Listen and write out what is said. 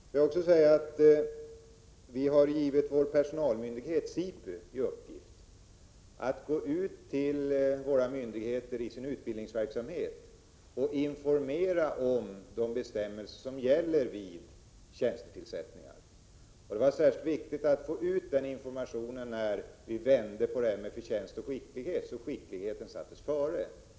Får jag också säga att vi har givit vår personalmyndighet SIPRI i uppgift att gå ut till myndigheterna i sin utbildningsverksamhet och informera om de bestämmelser som gäller vid tjänstetillsättningar. Det var särskilt viktigt att få ut den informationen när vi vände på det här med förtjänst och skicklighet så att skickligheten sattes före.